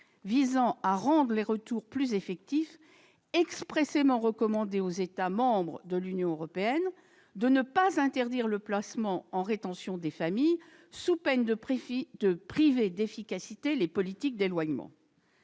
visant à rendre les retours plus effectifs, expressément recommandé aux États membres de l'Union européenne de ne pas interdire le placement en rétention des familles, sous peine de priver d'efficacité les politiques d'éloignement.